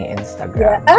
Instagram